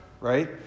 right